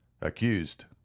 Accused